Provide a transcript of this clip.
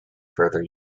further